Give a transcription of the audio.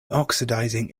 oxidizing